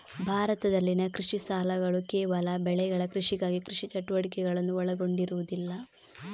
ಭಾರತದಲ್ಲಿನ ಕೃಷಿ ಸಾಲಗಳುಕೇವಲ ಬೆಳೆಗಳ ಕೃಷಿಗಾಗಿ ಕೃಷಿ ಚಟುವಟಿಕೆಗಳನ್ನು ಒಳಗೊಂಡಿರುವುದಿಲ್ಲ